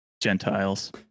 Gentiles